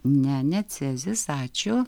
ne ne cezis ačiū